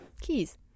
keys